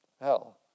hell